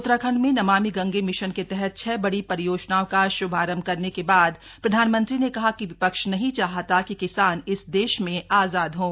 उत्तराखंड में नमामि गंगे मिशन के तहत छह बड़ी परियोजनाओं का श्भांरभ करने के बाद प्रधानमंत्री ने कहा कि विपक्ष नहीं चाहता कि किसान इस देश में आजाद हों